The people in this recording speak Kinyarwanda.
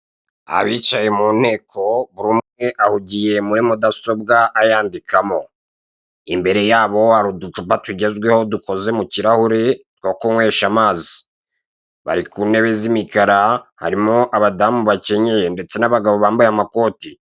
Abicaye mu nteko buri umwe ahugiye muri mudasobwa ayandikamo. Imbere yabo hari uducupa tugezweho dukoze mu kirahure two kunywesha amazi. Bari ku ntebe z'imikara harimo abadamu bakenyeye ndetse n'abagabo bambaye amakoti.